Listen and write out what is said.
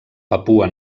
papua